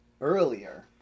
earlier